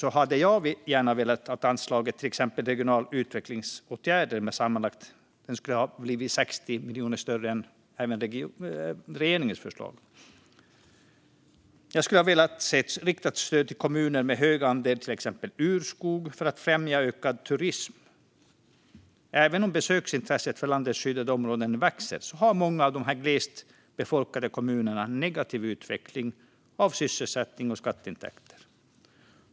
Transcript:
Jag hade gärna sett att anslaget till regionala utvecklingsåtgärder hade blivit 60 miljoner högre än regeringens förslag. Jag hade velat se ett riktat stöd till kommuner med hög andel urskog för att främja ökad turism. Även om besöksintresset för landets skyddade områden växer har många av de glest befolkade kommunerna en negativ utveckling av sysselsättning och skatteintäkter.